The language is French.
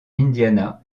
indiana